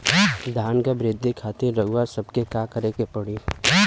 धान क वृद्धि खातिर रउआ सबके का करे के पड़ी?